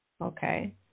Okay